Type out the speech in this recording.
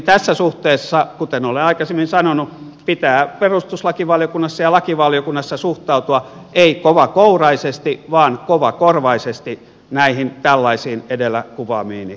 tässä suhteessa kuten olen aikaisemmin sanonut pitää perustuslakivaliokunnassa ja lakivaliokunnassa suhtautua ei kovakouraisesti vaan kovakorvaisesti näihin tällaisiin edellä kuvaamiini asiantuntijoihin